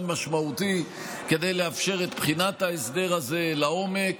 משמעותי כדי לאפשר את בחינת ההסדר הזה לעומק.